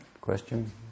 Question